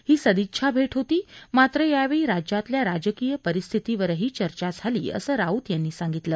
ही सदिच्छा भेट होती मात्र यावेळी राज्यातल्या राजकीय परिस्थितीवरही चर्चा झाली असं राऊत यांनी सांगितलं